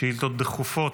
שאילתות דחופות